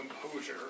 composure